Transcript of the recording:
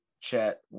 chat